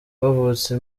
bavutse